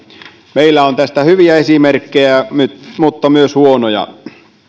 meillä on tästä hyviä esimerkkejä mutta myös huonoja